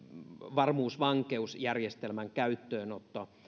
varmuusvankeusjärjestelmän käyttöönotto